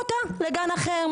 מדינת ישראל לקחה אחריות,